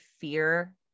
fear